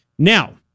Now